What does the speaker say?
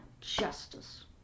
justice